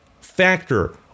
factor